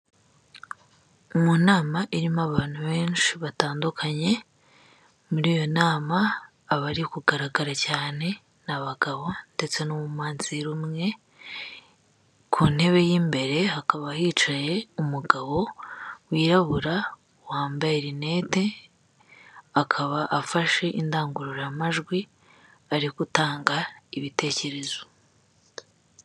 Mu nama irimo abantu benshi batandukanye, muri iyo nama abari kugaragara cyane ni abagabo ndetse n'umumansera umwe, ku ntebe y'imbere hakaba hicaye umugabo wirabura wambeye rinete akaba afashe indangururamajwi ari gutanga ibitekerezo.